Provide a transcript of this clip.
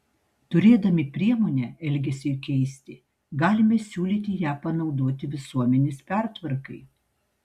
turėdami priemonę elgesiui keisti galime siūlyti ją panaudoti visuomenės pertvarkai